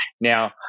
Now